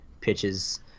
pitches